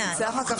נמצא כאן